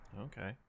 Okay